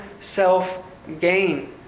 self-gain